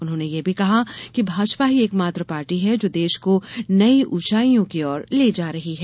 उन्होंने यह भी कहा कि भाजपा ही एकमात्र पार्टी है जो देश को नई ऊॅचाइयों की ओर ले जा रही है